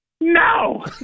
No